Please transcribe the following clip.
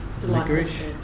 Licorice